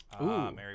Mary